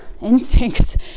instincts